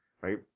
right